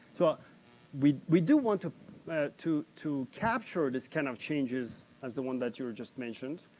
so we we do want to to to capture these kind of changes, as the one that you just mentioned,